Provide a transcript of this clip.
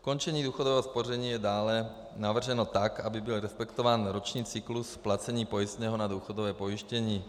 Ukončení důchodového spoření je dále navrženo tak, aby byl respektován roční cyklus placení pojistného na důchodové pojištění.